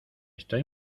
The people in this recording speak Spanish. estoy